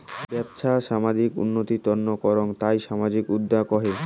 বেপছা সামাজিক উন্নতির তন্ন করাঙ তাকি সামাজিক উদ্যক্তা কহে